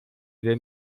den